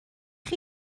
chi